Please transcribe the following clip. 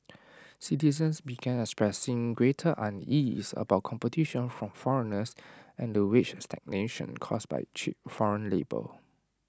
citizens began expressing greater unease about competition from foreigners and the wage stagnation caused by cheap foreign labour